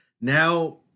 Now